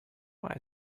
why